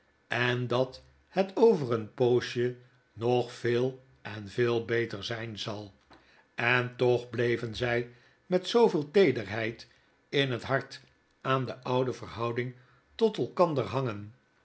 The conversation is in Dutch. en dat het over een poosje nog veel en veel beter zijn zal en toch bleven zy met zooveel teederheid in het hart aan de oude verhouding tot elkander hangen